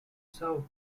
south